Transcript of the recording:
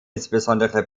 insbesondere